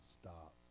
stop